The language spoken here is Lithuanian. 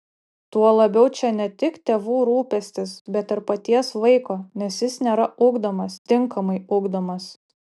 tuo labiau čia ne tik tėvų rūpestis bet ir paties vaiko nes jis nėra ugdomas tinkamai ugdomas